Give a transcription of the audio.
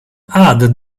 add